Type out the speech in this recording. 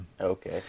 Okay